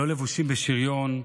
לא לבושים בשריון,